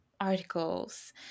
articles